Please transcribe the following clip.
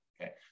okay